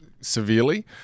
severely